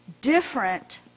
different